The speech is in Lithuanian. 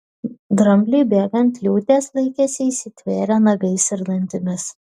drambliui bėgant liūtės laikėsi įsitvėrę nagais ir dantimis